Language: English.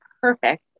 perfect